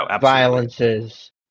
violences